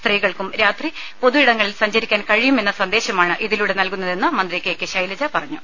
സ്ത്രീകൾക്കും രാത്രി പൊതുഇടങ്ങളിൽ സഞ്ചരിക്കാൻ കഴിയും എന്ന സന്ദേശമാണ് ഇതിലൂടെ നൽകുന്നതെന്ന് മന്ത്രി കെ കെ ശൈലജ പറഞ്ഞു